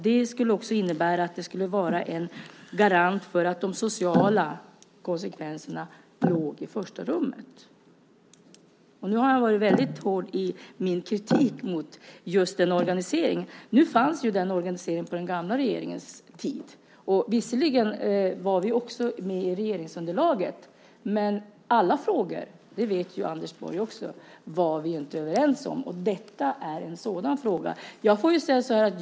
Det skulle också innebära att det skulle vara en garant för att de sociala konsekvenserna kom i första rummet. Nu har jag varit hård i min kritik av organiseringen. Den fanns även på den gamla regeringens tid, och visserligen var vi med i regeringsunderlaget, men alla frågor var vi inte överens i, det vet Anders Borg också. Det här var en sådan fråga.